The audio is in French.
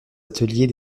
ateliers